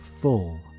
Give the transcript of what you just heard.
full